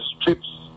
strips